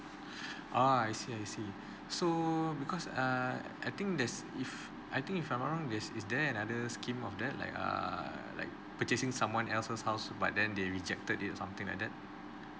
ah I see I see so because err I think there's if I think if I'm not wrong is is there another scheme of that like err like purchasing someone else's house but then they rejected it something like that